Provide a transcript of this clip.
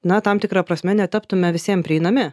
na tam tikra prasme netaptume visiem prieinami